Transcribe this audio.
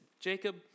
Jacob